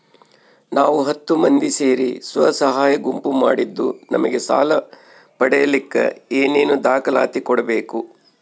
ನಾವು ಹತ್ತು ಮಂದಿ ಸೇರಿ ಸ್ವಸಹಾಯ ಗುಂಪು ಮಾಡಿದ್ದೂ ನಮಗೆ ಸಾಲ ಪಡೇಲಿಕ್ಕ ಏನೇನು ದಾಖಲಾತಿ ಕೊಡ್ಬೇಕು?